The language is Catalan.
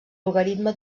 logaritme